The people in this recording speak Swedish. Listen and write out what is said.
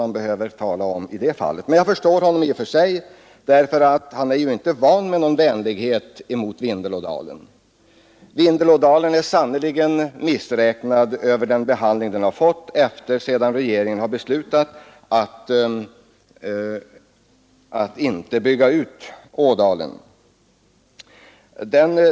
Jag förstår honom emellertid i och för sig, för han är inte van vid någon vänlighet mot Vindelådalen från sina egna. Invånarna i Vindelådalen är sannerligen missräknade över den behandling älvdalen fått efter det att regeringen beslutat att inte bygga ut Vindelälven.